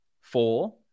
four